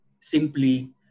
simply